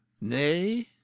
nay